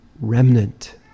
remnant